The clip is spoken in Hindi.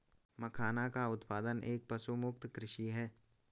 मखाना का उत्पादन एक पशुमुक्त कृषि है